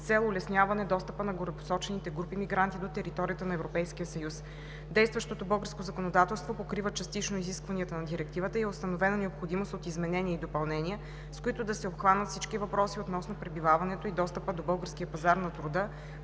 цел улесняване достъпа на горепосочените групи мигранти до територията на Европейския съюз. Действащото българско законодателство покрива частично изискванията на Директивата и е установена необходимост от изменения и допълнения, с които да се обхванат всички въпроси относно пребиваването и достъпа до българския пазар на труда